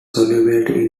solubility